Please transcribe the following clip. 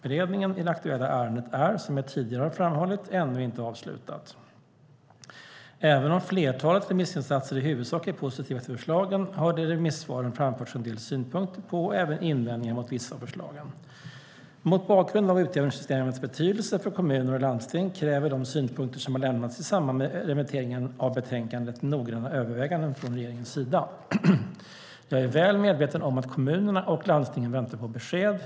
Beredningen i det aktuella ärendet är, som jag tidigare har framhållit, ännu inte avslutad. Även om flertalet remissinstanser i huvudsak är positiva till förslagen har det i remissvaren framförts en del synpunkter på och även invändningar mot vissa av förslagen. Mot bakgrund av utjämningssystemets betydelse för kommuner och landsting kräver de synpunkter som har lämnats i samband med remitteringen av betänkandet noggranna överväganden från regeringens sida. Jag är väl medveten om att kommunerna och landstingen väntar på besked.